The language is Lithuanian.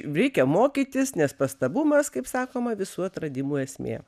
reikia mokytis nes pastabumas kaip sakoma visų atradimų esmė